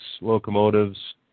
locomotives